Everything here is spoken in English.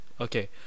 Okay